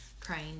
crying